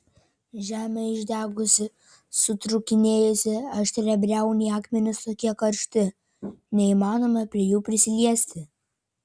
žemė išdegusi sutrūkinėjusi aštriabriauniai akmenys tokie karšti neįmanoma prie jų prisiliesti